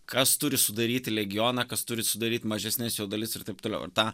kas turi sudaryti legioną kas turi sudaryt mažesnes jo dalis ir taip toliau ir ta